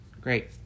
Great